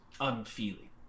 unfeeling